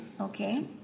Okay